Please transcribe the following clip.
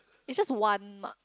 it's just one mark